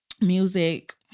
Music